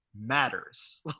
matters